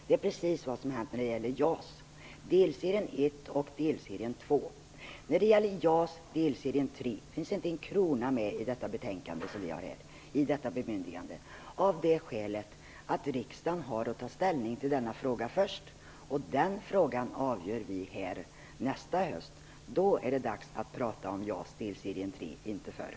Det är precis vad som har hänt när det gäller delserie 1 och delserie 2 I detta bemyndigande finns det inte en krona med för JAS delserie 3 av det skälet att riksdagen har att ta ställning till denna fråga först. Den frågan avgör vi här nästa höst. Då är det dags att prata om JAS delserie 3 - inte förr.